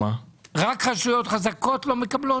18-009, רשויות מקומיות.